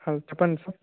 hello చెప్పండి sir